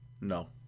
No